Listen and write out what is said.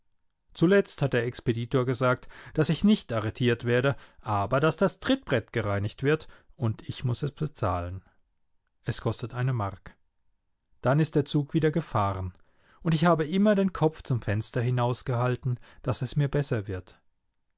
zuletzt hat der expeditor gesagt daß ich nicht arretiert werde aber daß das trittbrett gereinigt wird und ich muß es bezahlen es kostet eine mark dann ist der zug wieder gefahren und ich habe immer den kopf zum fenster hinausgehalten daß es mir besser wird